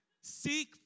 Seek